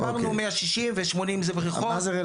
אמרנו 160 ו- 80 זה בריכות.